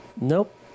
Nope